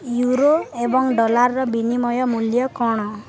euro ଏବଂ ଡଲାର୍ର ବିନିମୟ ମୂଲ୍ୟ କ'ଣ